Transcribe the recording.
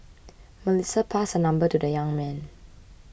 Melissa passed her number to the young man